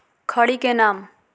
खड़ी के नाम?